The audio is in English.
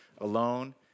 alone